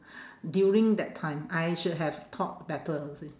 during that time I should have thought better you see